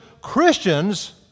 Christians